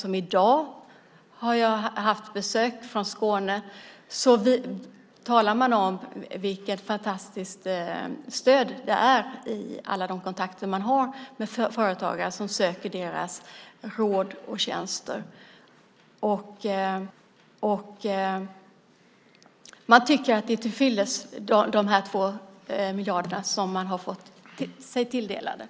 I mina kontakter med Almi talar man om alla de fantastiska kontakter man har med företagare som söker råd, tjänster och stöd. Man tycker att de 2 miljarderna är tillfyllest.